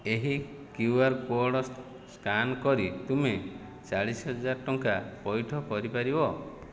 ଏହି QR code scan କରି ତୁମେ ଚାଳିଶ ହଜାର ଟଙ୍କା ପଇଠ କରିପାରିବ